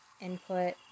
input